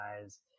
guys